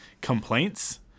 complaints